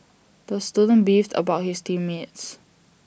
the student beefed about his team mates